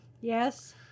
Yes